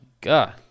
God